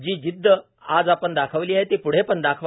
जी जिद्द आज आपण दाखविली आहे ती पूढे पण दाखवा